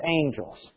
angels